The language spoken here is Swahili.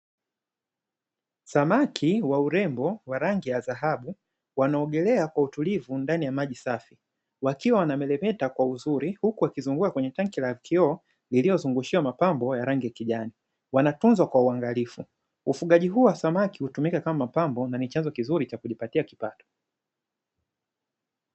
Samaki wa urembo wa rangi ya dhahabu wanaogelea kwa utulivu ndani ya maji safi, wakiwa wanameremeta kwa uzuri huku wakizunguka kwenye tenki la kioo lililo zungushiwa mapambo ya rangi ya kijani, wanatunzwa kwa uangalifu. Ufugaji huu wa samaki hutumika kama mapambo na nichanzo kizuri cha kujipatika mapato.